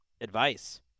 advice